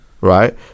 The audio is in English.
right